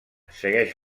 segueix